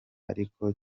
ariko